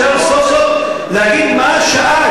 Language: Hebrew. אפשר סוף-סוף להגיד מה השעה,